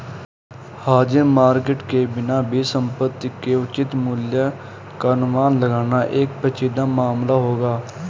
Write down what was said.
हाजिर मार्केट के बिना भी संपत्ति के उचित मूल्य का अनुमान लगाना एक पेचीदा मामला होगा